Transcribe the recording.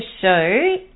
show